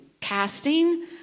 casting